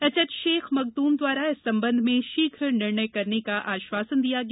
HH Sheikh Makhdoom द्वारा इस संबंध में शीघ्र निर्णय करने का आश्वासन दिया गया